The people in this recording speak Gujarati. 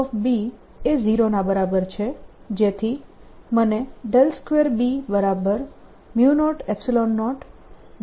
B એ 0 ના બરાબર છે